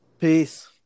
Peace